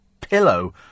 pillow